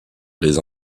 les